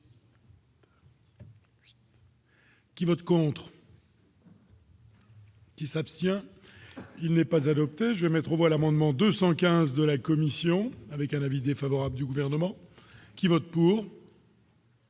qui vote pour. Qui s'abstient, il n'est pas adopté aimais trop voilà Mandement 215 de la commission avec un avis défavorable du gouvernement. Qui vote pour.